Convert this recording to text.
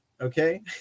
Okay